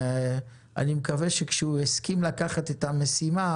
אני מקווה שכשהוא הסכים לקחת את המשימה